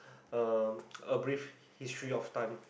um a brief history of times